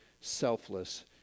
selfless